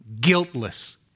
guiltless